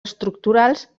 estructurals